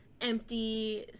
empty